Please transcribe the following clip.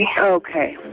Okay